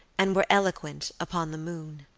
and were eloquent upon the moon.